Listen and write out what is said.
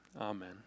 amen